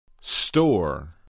Store